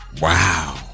Wow